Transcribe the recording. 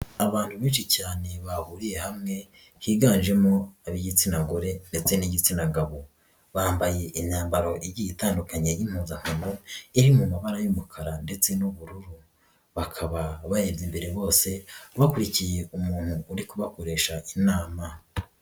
Abantu benshi cyane bahuriye hamwe, higanjemo ab'igitsina gore ndetse n'igitsina gabo. Bambaye imyambaro igiye itandukanye y'impuzankano, iri mu mabara y'umukara ndetse n'ubururu. Bakaba bagenda imbere bose bakurikiye umuntu uri kubakoresha inama.